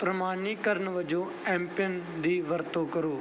ਪ੍ਰਮਾਣੀਕਰਨ ਵਜੋਂ ਐਮਪਿੰਨ ਦੀ ਵਰਤੋਂ ਕਰੋ